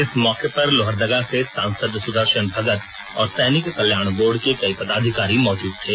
इस मौके पर लोहरदगा से सांसद सुदर्शन भगत और सैनिक कल्याण बोर्ड के कई पदाधिकारी मौजूद थे